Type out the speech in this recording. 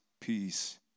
peace